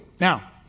Now